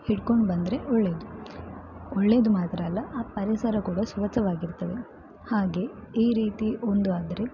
ಹಿಡ್ಕೊಂಡು ಬಂದರೆ ಒಳ್ಳೆಯದು ಒಳ್ಳೆಯದು ಮಾತ್ರ ಅಲ್ಲ ಆ ಪರಿಸರ ಕೂಡ ಸ್ವಚ್ಛವಾಗಿರ್ತದೆ ಹಾಗೆ ಈ ರೀತಿ ಒಂದು ಆದರೆ